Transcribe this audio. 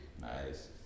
Nice